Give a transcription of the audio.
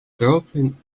dropping